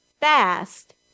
fast